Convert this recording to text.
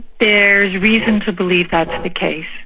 there's reason to believe that's the case.